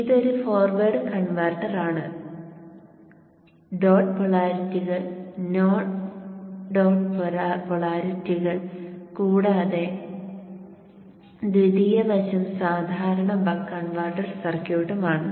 ഇതൊരു ഫോർവേഡ് കൺവെർട്ടറാണ് ഡോട്ട് പോളാരിറ്റികൾ നോട്ട് ഡോട്ട് പോളാരിറ്റികൾ കൂടാതെ ദ്വിതീയ വശം സാധാരണ ബക്ക് കൺവെർട്ടർ സർക്യൂട്ടും ആണ്